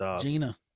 Gina